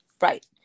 Right